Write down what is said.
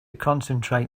concentrate